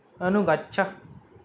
अनुगच्छ